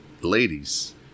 ladies